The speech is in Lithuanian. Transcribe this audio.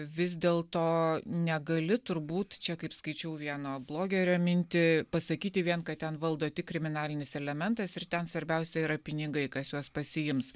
vis dėlto negali turbūt čia kaip skaičiau vieno blogerio mintį pasakyti vien kad ten valdo tik kriminalinis elementas ir ten svarbiausia yra pinigai kas juos pasiims